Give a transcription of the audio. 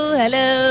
hello